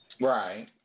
Right